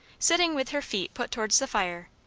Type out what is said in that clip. sitting with her feet put towards the fire,